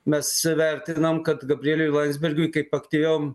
mes vertinam kad gabrieliui landsbergiui kaip aktyviom